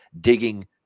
digging